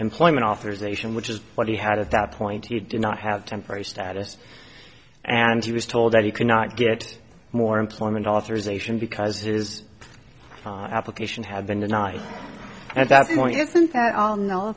employment authorization which is what he had at that point he did not have temporary status and he was told that he could not get more employment authorization because his application had been denied at